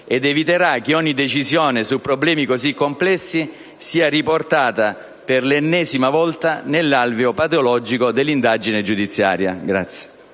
ed eviterà che ogni decisione su problemi così complessi sia riportata per l'ennesima volta nell'alveo patologico dell'indagine giudiziaria.